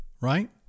right